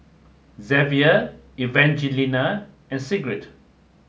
Zavier Evangelina and Sigrid